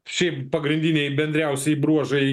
šiaip pagrindiniai bendriausi bruožai